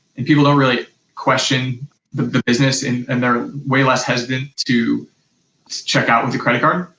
and people don't really question business and and they're way less hesitant to check out with a credit card.